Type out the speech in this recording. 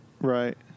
Right